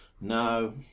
no